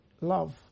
love